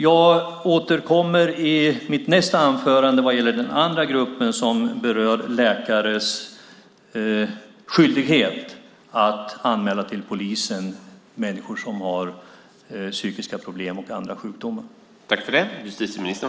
Jag återkommer i mitt nästa anförande till den andra frågeställningen, som gäller läkares skyldighet att anmäla människor som har psykiska problem och andra sjukdomar till polisen.